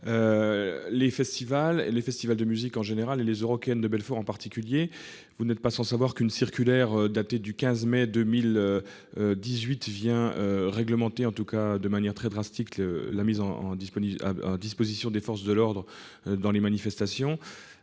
les festivals de musique en général et celui des Eurockéennes de Belfort en particulier. Vous n'êtes pas sans savoir qu'une circulaire datée du 15 mai 2018 vient réglementer de manière drastique la mise à disposition des forces de l'ordre dans les manifestations.